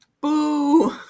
Boo